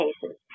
cases